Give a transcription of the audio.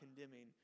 condemning